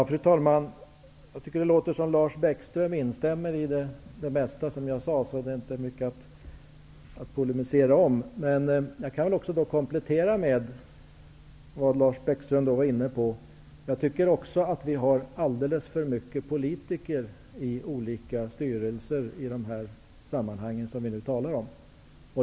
Fru talman! Jag tycker att det låter som om Lars Bäckström instämmer i det mesta som jag sade. Det är inte mycket att polemisera om. Men jag kan komplettera med det Lars Bäckström var inne på, jag tycker också att vi har alldeles för många politiker i olika styrelser i de sammanhang som vi nu talar om.